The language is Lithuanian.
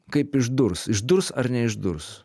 kaip išdurs išdurs ar neišdurs